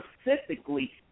specifically